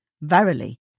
verily